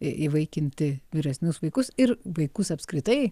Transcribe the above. įvaikinti vyresnius vaikus ir vaikus apskritai